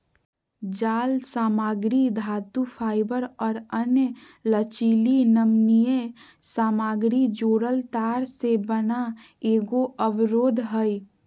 जालसामग्री धातुफाइबर और अन्य लचीली नमनीय सामग्री जोड़ल तार से बना एगो अवरोध हइ